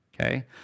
Okay